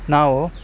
ನಾವು